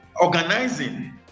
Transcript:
organizing